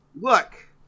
Look